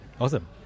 awesome